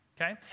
okay